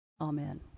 Amen